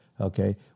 okay